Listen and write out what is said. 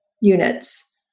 units